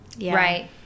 Right